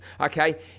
okay